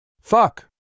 Fuck